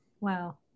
wow